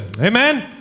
Amen